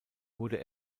wurde